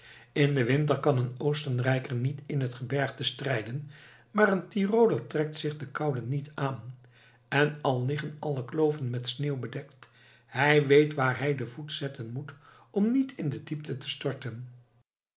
in den winter kan een oostenrijker niet in het gebergte strijden maar een tyroler trekt zich de koude niet aan en al liggen alle kloven met sneeuw bedekt hij weet waar hij den voet zetten moet om niet in de diepte te storten